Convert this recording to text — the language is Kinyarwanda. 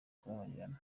kubabarirana